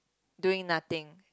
doing nothing